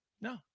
No